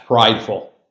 prideful